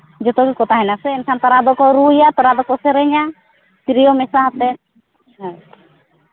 ᱡᱚᱛᱚ ᱜᱮᱠᱚ ᱛᱟᱦᱮᱱᱟ ᱥᱮ ᱛᱟᱨᱟ ᱫᱚᱠᱚ ᱨᱩᱭᱟ ᱛᱟᱨᱟ ᱫᱚᱠᱚ ᱥᱮᱨᱮᱧᱟ ᱛᱤᱨᱭᱳ ᱢᱮᱥᱟ ᱠᱟᱛᱮ ᱟᱨ